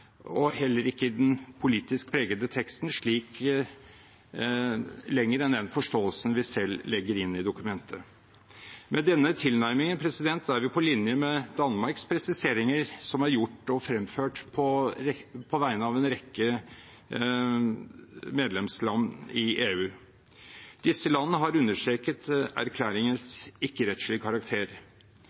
teksten, heller ikke den politisk pregede teksten, lenger enn den forståelsen vi selv legger inn i dokumentet. Med denne tilnærmingen er vi på linje med Danmarks presiseringer, som er gjort og fremført på vegne av en rekke medlemsland i EU. Disse land har understreket erklæringens ikke-rettslige karakter.